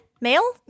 Male